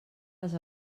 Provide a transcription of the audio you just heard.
les